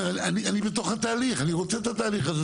אני בתוך התהליך אני רוצה את התהליך הזה,